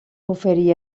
oferí